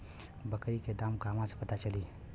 बकरी के दाम कहवा से पता चली?